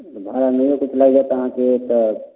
भाड़ा नहिओ कुछ लागि जायत आहाँके तऽ